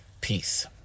Peace